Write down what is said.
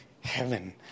heaven